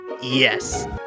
Yes